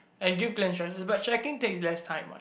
like give but tracking takes less time what